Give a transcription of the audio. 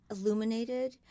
illuminated